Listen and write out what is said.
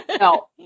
no